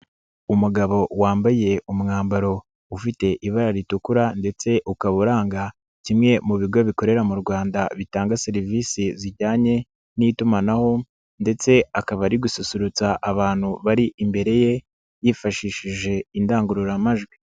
Umugabo wambaye umwambaro ufite ibara ritukura ndetse ukaba uranga kimwe mu bigo bikorera mu Rwanda bitanga serivisi zijyanye n'itumanaho ndetse akaba ari gususurutsa abantu bari imbere ye yifashishije indangururamajwi.